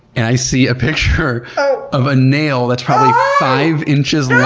and i see a picture of a nail that's probably five inches long, i